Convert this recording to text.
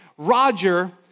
Roger